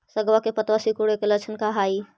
सगवा के पत्तवा सिकुड़े के लक्षण का हाई?